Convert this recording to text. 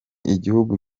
igihugu